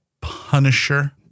Punisher